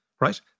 right